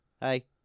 hey